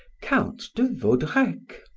count de vaudrec.